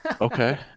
Okay